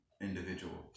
individual